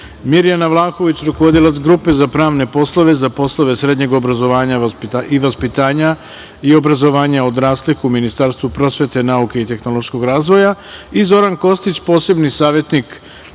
Mirjana Vlahović, rukovodilac grupe za pravne poslove, za poslove srednjeg obrazovanja i vaspitanja i obrazovanja odraslih u Ministarstvu prosvete, nauke i tehnološkog razvija i Zoran Kostić, posebni savetnik